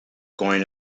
going